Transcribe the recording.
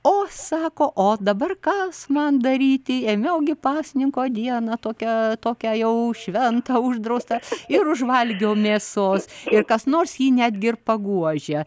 o sako o dabar kas man daryti ėmiau gi pasninko diena tokia tokia jau šventą uždraustą ir užvalgiau mėsos ir kas nors jį netgi ir paguodžia